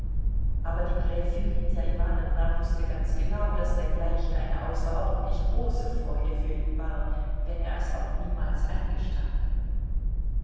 aber die gräfin lydia iwanowna wußte ganz genau daß dergleichen eine außerordentlich große freude für ihn war wenn er es auch niemals eingestand